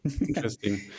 Interesting